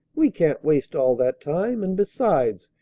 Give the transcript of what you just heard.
we can't waste all that time and, besides,